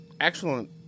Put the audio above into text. Excellent